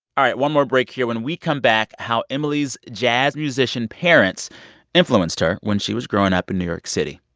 all right, one more break here. when we come back how emily's jazz musician parents influenced her when she was growing up in new york city